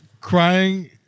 crying